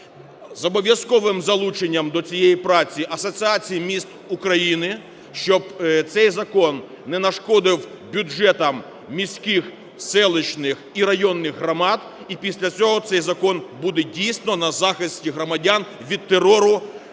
з обов'язковим залученням до цієї праці Асоціації міст України, щоб цей закон не нашкодив бюджетам міських, селищних і районних громад і після цього цей закон буде, дійсно, на захисті громадян від терору